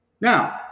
Now